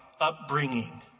upbringing